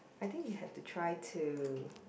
I think we have to try to